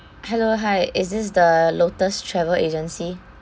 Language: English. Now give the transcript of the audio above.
hello hi is this the lotus travel agency